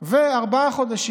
כבוד השר.